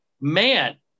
man